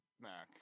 Mac